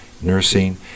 nursing